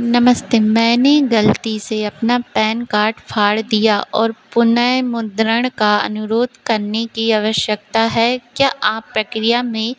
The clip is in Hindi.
नमस्ते मैंने गलती से अपना पैन कार्ड फाड़ दिया और पुनर्मुद्रण का अनुरोध करने की आवश्यकता है क्या आप प्रक्रिया में